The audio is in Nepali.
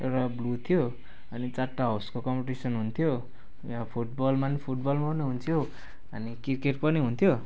एउटा ब्लु थियो अनि चारवटा हाउसको कम्पिटिसन् हुन्थ्यो यहाँ फुटबलमा फुटबलमा पनि हुन्थ्यो अनि क्रिकेटको पनि हुन्थ्यो